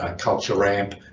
ah culture amp,